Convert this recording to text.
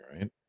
right